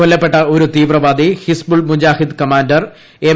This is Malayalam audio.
കൊല്ലപ്പെട്ട ഒരു തീവ്രവാദി ഹിസ്ബുൾ മുജാഹിദ് കമാൻഡർ എം